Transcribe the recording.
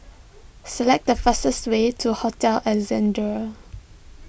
select the fastest way to Hotel Ascendere